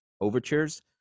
overtures